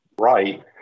right